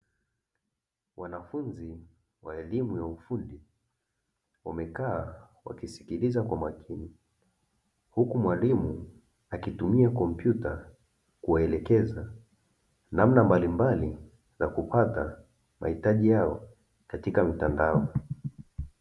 Wanafunzi wa elimu ya ufundi wamekaa wakisikiliza kwa makini, huku mwalimu akitumia kompyuta kuwaelekeza namna mbalimbali za kupata mahitaji yao katika mitandao.